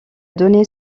donné